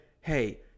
hey